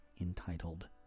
entitled